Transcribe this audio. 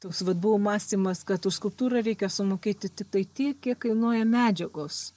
toks vat buvo mąstymas kad už skulptūrą reikia sumokėti tiktai tiek kiek kainuoja medžiagos